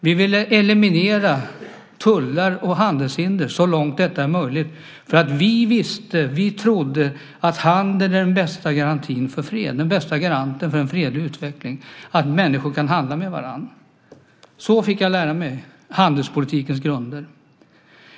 Vi ville eliminera tullar och handelshinder så långt detta var möjligt. Vi visste nämligen och trodde på att handeln är den bästa garantin för fred. Den bästa garantin för en fredlig utveckling är att människor kan handla med varandra. Så fick jag lära mig handelspolitikens grunder.